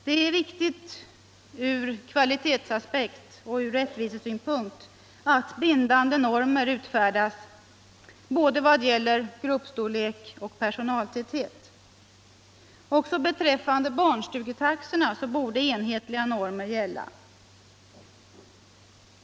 Det är viktigt ur kvalitetsaspekt och ur rättvisesynpunkt att bindande normer utfiirdas både vad gäller gruppstorlek och personaltäthet. Också beträffande barnstugetaxorna borde enhetliga normer gälla.